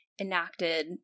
enacted